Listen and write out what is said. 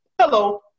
Hello